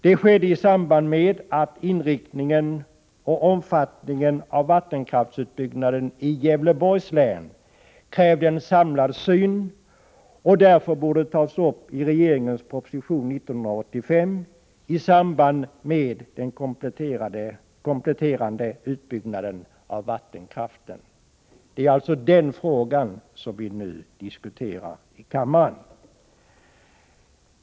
Det skedde i samband med att inriktningen och omfattningen av vattenkraftsutbyggnaden i Gävleborgs län krävde en samlad syn och därför borde tas upp i regeringens proposition 1985 i samband med den kompletterande utbyggnaden av vattenkraften. Det är alltså den frågan som vi nu diskuterar i kammaren.